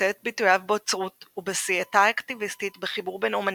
מוצא את ביטויו באוצרות ובעשייתה האקטיביסטית בחיבור בין אמנים,